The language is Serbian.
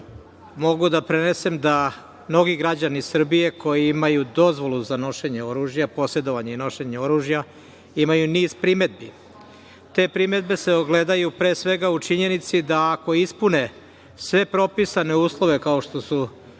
mogu da prenesem da mnogi građani Srbije koji imaju dozvolu za nošenje oružja, posedovanje i nošenje oružja, imaju niz primedbi. Te primedbe se ogledaju pre svega u činjenici da ako ispune sve propisane uslove, kao što su